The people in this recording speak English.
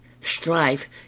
strife